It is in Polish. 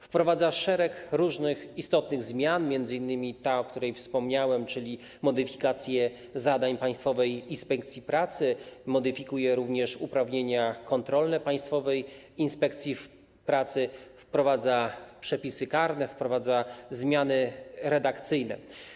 Wprowadza szereg różnych istotnych zmian, m.in. tę, o której wspomniałem, czyli modyfikacje zadań Państwowej Inspekcji Pracy, modyfikuje również uprawnienia kontrolne Państwowej Inspekcji Pracy, wprowadza przepisy karne, wprowadza zmiany redakcyjne.